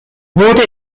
wurde